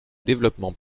développement